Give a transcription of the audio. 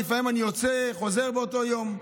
ולפעמים אני יוצא וחוזר באותו יום,